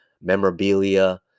memorabilia